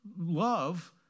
love